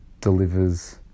delivers